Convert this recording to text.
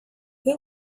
who